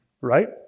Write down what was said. Right